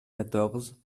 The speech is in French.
quatorze